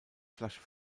flasche